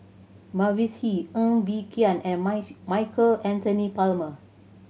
Mavis Hee Ng Bee Kia and Michael Anthony Palmer